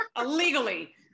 illegally